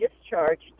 discharged